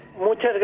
Muchas